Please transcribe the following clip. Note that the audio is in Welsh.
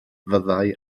fyddai